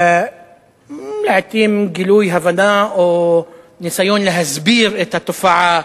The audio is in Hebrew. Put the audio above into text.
לעתים בגילוי הבנה או בניסיון להסביר את התופעה